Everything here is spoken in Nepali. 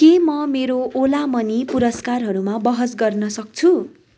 के म मेरो ओला मनी पुरस्कारहरूमा बहस गर्न सक्छु